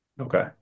Okay